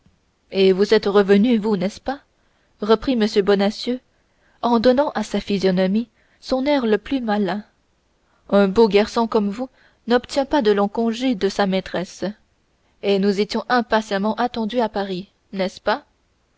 et vous êtes revenu vous n'est-ce pas reprit m bonacieux en donnant à sa physionomie son air le plus malin un beau garçon comme vous n'obtient pas de longs congés de sa maîtresse et nous étions impatiemment attendu à paris n'est-ce pas